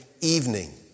evening